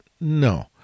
no